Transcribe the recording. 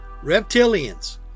Reptilians